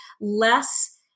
less